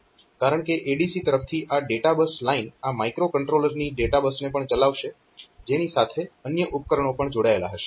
કારણકે ADC તરફથી આ ડેટાબસ લાઇન આ માઇક્રોકન્ટ્રોલરની ડેટાબસને પણ ચલાવશે જેની સાથે અન્ય ઉપકરણો પણ જોડાયેલા હશે